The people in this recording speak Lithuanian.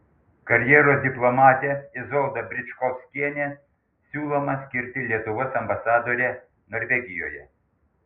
karjeros diplomatę izoldą bričkovskienę siūloma skirti lietuvos ambasadore norvegijoje